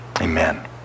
Amen